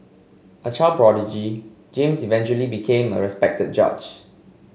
a child prodigy James eventually became a respected judge